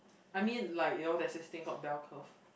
I mean like you know there's this thing called bell curve